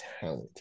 talent